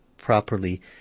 properly